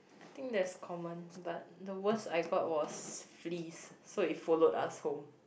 I that's common but the worst I got was fleas so it followed us home